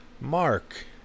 Mark